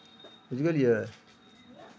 बुझि गेलियै